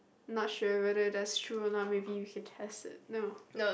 not sure whether that's true a not maybe you can test it no